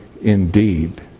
indeed